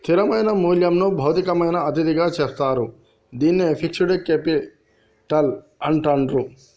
స్థిరమైన మూల్యంని భౌతికమైన అతిథిగా చెప్తారు, దీన్నే ఫిక్స్డ్ కేపిటల్ అంటాండ్రు